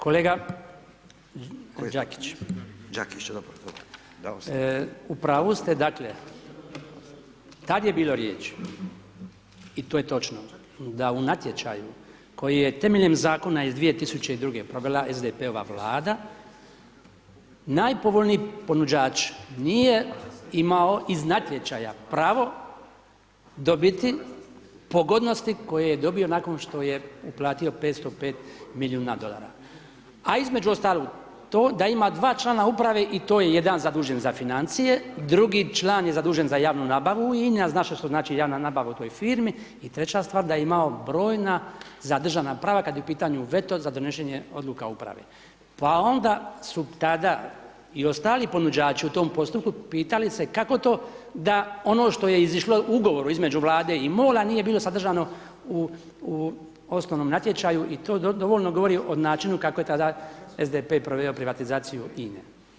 Kolega Đakić, u pravu ste, dakle, tad je bilo riječi i to je točno da u natječaju koji je temeljem zakona iz 2002. provela SDP-ova Vlada, najpovoljniji ponuđač nije imao iz natječaja pravo dobiti pogodnosti koje je dobio nakon što je uplatio 505 milijuna dolara, a između ostalog to da ima 2 člana uprave i to je jedan zadužen za financije, drugi član je zadužen za javnu nabavu i zna se što znači javna nabava u toj firmi i treća stvar da je imao brojna zadržana prava kad je u pitanju veto za donošenje odluka uprave, pa onda su tada i ostali ponuđači u tom postupku pitali se kako to da ono što je izašlo u ugovoru između Vlade i MOL-a nije bilo sadržano u osnovnom natječaju i to dovoljno govori o načinu kako je tada SDP proveo privatizaciju INA-e.